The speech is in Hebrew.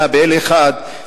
אמונה באל אחד,